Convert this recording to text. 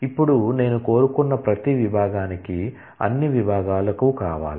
ఇప్పుడు నేను కోరుకున్న ప్రతి విభాగానికి అన్ని విభాగాలకు కావాలి